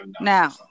Now